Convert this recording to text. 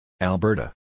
Alberta